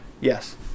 Yes